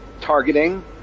targeting